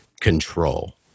control